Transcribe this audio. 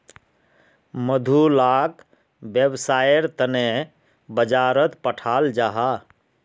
मधु लाक वैव्सायेर तने बाजारोत पठाल जाहा